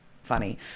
funny